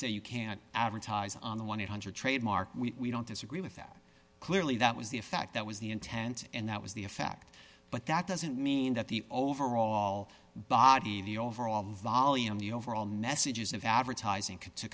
say you can't advertise on the one thousand eight hundred trademark we don't disagree with that clearly that was the effect that was the intent and that was the effect but that doesn't mean that the overall body the overall volume the overall message is of advertising to